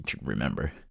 remember